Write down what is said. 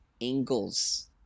angles